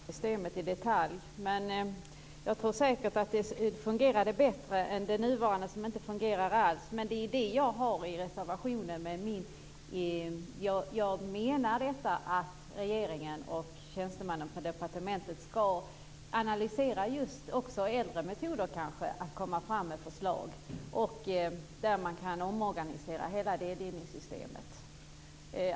Herr talman! Jag har inte i detalj studerat det gamla systemet. Det fungerade säkert bättre än det nuvarande systemet, som ju inte alls fungerar. Det är vad jag har med i reservationen. Jag menar att regeringen och tjänstemännen på departementet skall analysera också äldre metoder när det gäller att komma med förslag. Det handlar då om möjligheten att omorganisera hela delgivningssystemet.